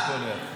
אני פה לידך.